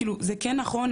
כאילו זה כן נכון,